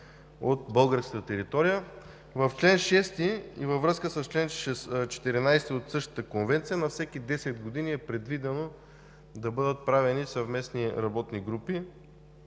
от българската територия. В чл. 6 и във връзка с чл. 14 от същата конвенция на всеки десет години е предвидено да бъдат правени съвместни работни групи,